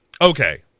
Okay